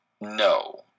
No